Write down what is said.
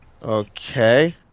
Okay